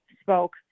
spoke